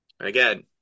Again